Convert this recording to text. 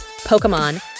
Pokemon